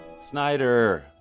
Snyder